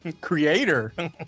creator